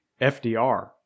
FDR